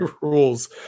rules